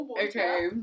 Okay